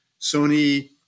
Sony